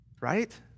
right